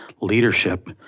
leadership